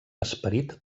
esperit